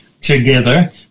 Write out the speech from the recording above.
together